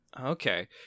Okay